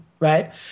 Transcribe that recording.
right